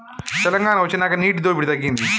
తెలంగాణ వొచ్చినాక నీటి దోపిడి తగ్గింది